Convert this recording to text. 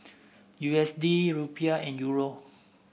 U S D Rupiah and Euro